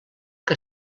que